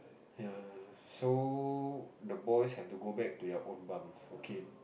ya so the boys have to go back to their own bunks okay